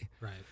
Right